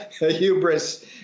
hubris